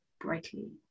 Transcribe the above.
brightly